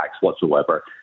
whatsoever